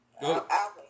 Go